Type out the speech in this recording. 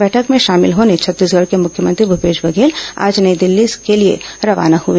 बैठक में शामिल होने छत्तीसगढ़ के मुख्यमंत्री भूपेश बघेल आज नई दिल्ली के लिए रवाना हुए